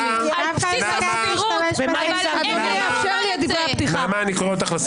------ נעמה, אני קורא אותך לסדר.